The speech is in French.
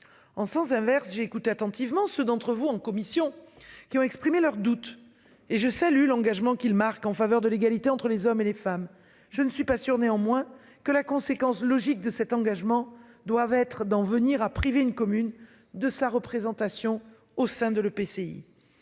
En sens inverse. J'ai écouté attentivement ceux d'entre vous en commission qui ont exprimé leurs doutes et je salue l'engagement qu'il marque en faveur de l'égalité entre les hommes et les femmes. Je ne suis pas sûr néanmoins que la conséquence logique de cet engagement, doivent être d'en venir à priver une commune de sa représentation au sein de l'EPCI.